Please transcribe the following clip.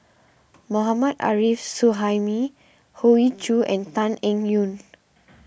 Mohammad Arif Suhaimi Hoey Choo and Tan Eng Yoon